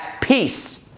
peace